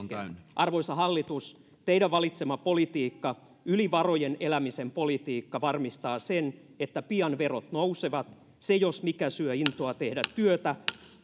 arvoisa hallitus teidän valitsemanne politiikka yli varojen elämisen politiikka varmistaa sen että pian verot nousevat se jos mikä syö intoa tehdä työtä